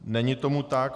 Není tomu tak.